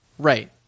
right